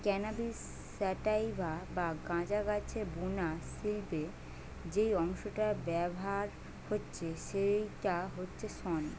cannabis sativa বা গাঁজা গাছের বুনা শিল্পে যেই অংশটা ব্যাভার হচ্ছে সেইটা হচ্ছে শন